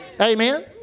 Amen